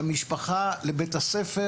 למשפחה לבית הספר